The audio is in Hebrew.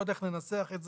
לא יודע איך לנסח משפטית,